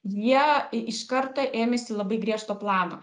jie iš karto ėmėsi labai griežto plano